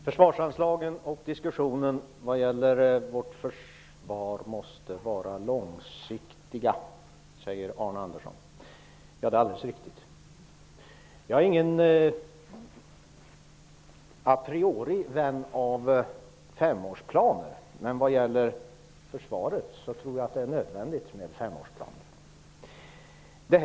Herr talman! Arne Andersson säger att försvarsanslagen och diskussionen om vårt försvar måste ha långsiktig inriktning. Det är alldeles riktigt. Jag är inte a priori någon vän av femårsplaner, men jag tror att det är nödvändigt med sådana inom försvaret.